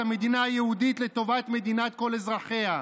המדינה היהודית לטובת מדינת כל אזרחיה.